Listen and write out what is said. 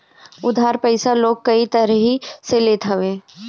उधार पईसा लोग कई तरही से लेत हवे